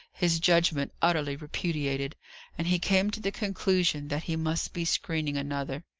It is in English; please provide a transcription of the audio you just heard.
his judgment utterly repudiated and he came to the conclusion that he must be screening another.